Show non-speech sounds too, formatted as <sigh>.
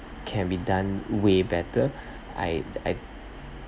can be done way better <breath> I I